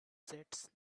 sets